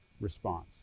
response